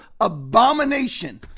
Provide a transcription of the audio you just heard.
abomination